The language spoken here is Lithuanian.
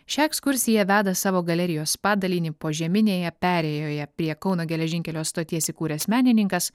šią ekskursiją veda savo galerijos padalinį požeminėje perėjoje prie kauno geležinkelio stoties įkūręs menininkas